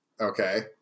Okay